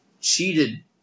Cheated